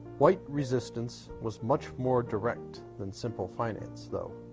white resistance was much more direct than simple finance, though